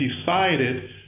decided